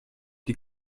die